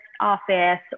office